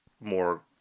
more